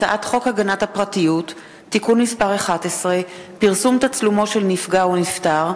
הצעת חוק הגנת הפרטיות (תיקון מס' 11) (פרסום תצלומו של נפגע או נפטר),